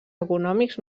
econòmics